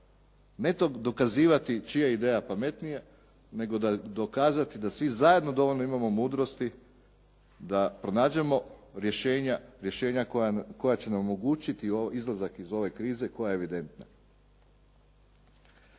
ne dokazivati čija je ideja pametnija, nego dokazati da svi zajedno dovoljno imamo mudrosti da pronađemo rješenja koja će nam omogućiti izlazak iz ove krize koja je evidentna.